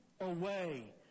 away